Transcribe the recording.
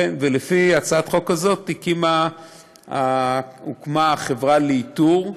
על פי הצעת החוק הזאת הוקמה החברה לאיתור,